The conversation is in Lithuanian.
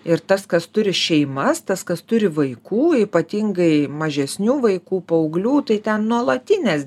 ir tas kas turi šeimas tas kas turi vaikų ypatingai mažesnių vaikų paauglių tai ten nuolatinės